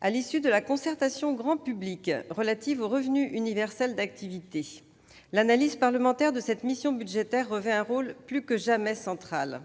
À l'issue de la concertation auprès du grand public relative au revenu universel d'activité, l'analyse parlementaire de cette mission budgétaire revêt un rôle plus que jamais central.